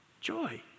Joy